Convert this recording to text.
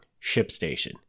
ShipStation